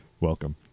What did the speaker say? Welcome